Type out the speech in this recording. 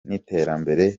n’iterambere